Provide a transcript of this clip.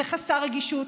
זה חסר רגישות,